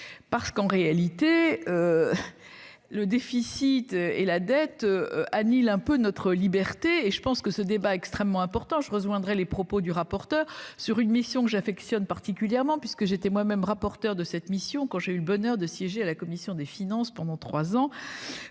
parce qu'en réalité le déficit et la dette Anil un peu notre. Entre liberté et je pense que ce débat extrêmement important, je rejoindrai les propos du rapporteur sur une mission que j'affectionne particulièrement, puisque j'étais moi-même rapporteur de cette mission, quand j'ai eu le bonheur de siéger à la commission des finances pendant 3 ans.